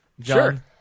John